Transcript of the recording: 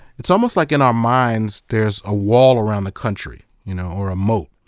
it's almost like in our minds there's a wall around the country, you know or a moat,